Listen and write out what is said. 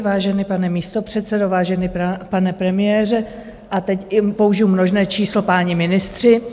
Vážený pane místopředsedo, vážený pane premiére a teď i použiji množné číslo páni ministři.